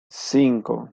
cinco